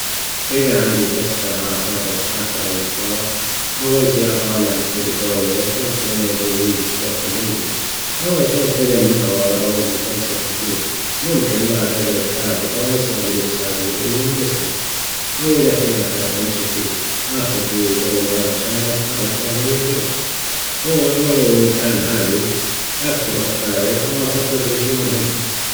إذا عندي ثلاث ساعات ناطر الحافلة أو الجطار أول شي أطالع تليفوني وأشوف شنو جديد بالسوشال ميديا، أو أشوف فيلم أو مسلسل خفيف، ممكن بعد أجرأ كتاب أو أسمع بودكاست يونسني، أو إذا في مكان امشي فيه أخذ لي جولة عشان أتحرك أو أغير جو، أو لو المكان هادي أكتب أفكاري أو أخطط لشي مهم.